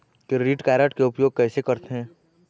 Credit card के उपयोग कैसे करथे?